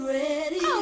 ready